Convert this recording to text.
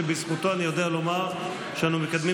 שבזכותו אני יודע לומר שאנו מקדמים